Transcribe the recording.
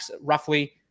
roughly